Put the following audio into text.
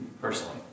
personally